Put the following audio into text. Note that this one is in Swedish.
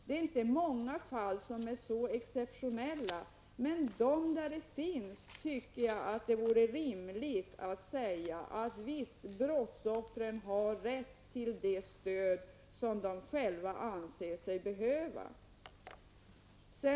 Det är inte många fall som är så exceptionella. Men i dessa fall anser jag att det är rimligt att säga: Visst, brottsoffren har rätt till det stöd de själva anser sig behöva.